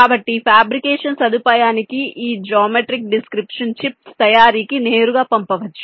కాబట్టి ఫాబ్రికేషన్ సదుపాయానికి ఈ జామెట్రిక్ డిస్క్రిప్షన్ చిప్స్ తయారీకి నేరుగా పంపవచ్చు